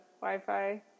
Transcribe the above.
Wi-Fi